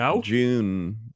June